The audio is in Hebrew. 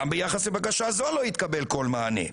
גם ביחס לבקשה זאת לא התקבל כל מענה.